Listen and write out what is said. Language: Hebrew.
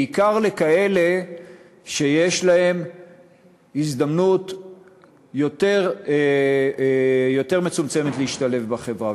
בעיקר לכאלה שיש להם הזדמנות יותר מצומצמת להשתלב בחברה.